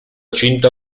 cinta